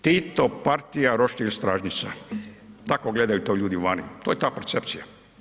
Tito, partija, roštilj, stražnjica tako gledaju to ljudi vani, to je ta percepcija.